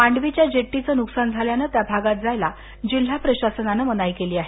मांडवीच्या जेटीचं नुकसान झाल्यानं त्या भागात जायला जिल्हा प्रशासनानं मनाई केली आहे